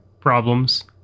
problems